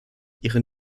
ihren